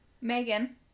Megan